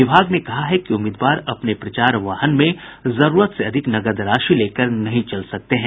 विभाग ने कहा है कि उम्मीदवार अपने प्रचार वाहन में जरूरत से अधिक नकद राशि लेकर नहीं चल सकते हैं